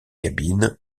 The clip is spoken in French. cabines